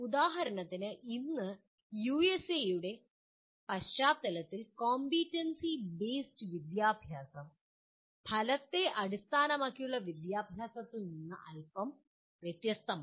ഉദാഹരണത്തിന് ഇന്ന് യുഎസ്എയുടെ പശ്ചാത്തലത്തിൽ കോംപിറ്റൻസി ബേസ്ഡ് വിദ്യാഭ്യാസം ഫലത്തെ അടിസ്ഥാനമാക്കിയുള്ള വിദ്യാഭ്യാസത്തിൽ നിന്ന് അൽപം വ്യത്യസ്തമാണ്